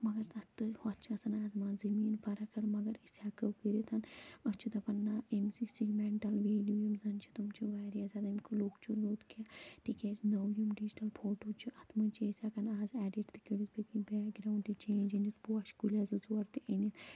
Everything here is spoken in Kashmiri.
مگر تَتھ تہٕ ہُتھ چھِ گَژھان آسمان زمیٖن فرق مگر أسۍ ہٮ۪کَو کٔرتھ أسۍ چھِ دَپان نہٕ أمِس یہِ سیٖمینٛٹَل ویلیوو یِم زَن چھِ تِم چھِ واریاہ زیادٕ امیُک لوٗکھ چھُ لوٚت کیٚنٛہہ تِکیٛازِ نوٚو یِم ڈِجیٹَل فوٹوٗ چھِ اَتھ منٛز چھِ أسۍ ہٮ۪کان اَز ایٚڈِٹ تہِ کٔرِتھ پٔتۍ کِنۍ بیک گرٛاونٛڈ تہِ چینج أنِتھ پوشہٕ کُلیا زٕ ژور تہِ أنِتھ